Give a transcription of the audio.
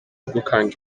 gukanga